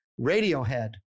Radiohead